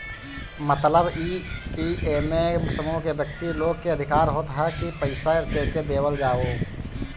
मतलब इ की एमे समूह के व्यक्ति लोग के अधिकार होत ह की पईसा केके देवल जाओ